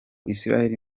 israel